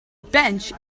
bench